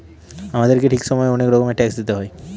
আমাদেরকে ঠিক সময়ে অনেক রকমের ট্যাক্স দিতে হয়